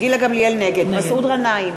נגד מסעוד גנאים,